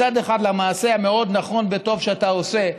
מצד אחד למעשה המאוד-נכון וטוב שאתה עושה,